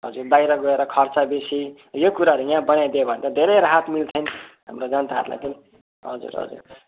हजुर बाइर गएर खर्च बेसी यो कुराहरू यहाँ बनाइदियो भने त धेरै राहत मिल्छ हाम्रो जनताहरूलाई पनि हजुर हजुर